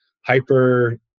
hyper